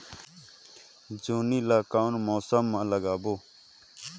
जोणी ला कोन मौसम मा लगाबो?